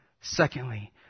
Secondly